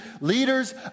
leaders